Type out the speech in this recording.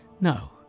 No